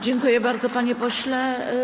Dziękuję bardzo, panie pośle.